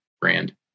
brand